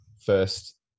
first